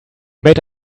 made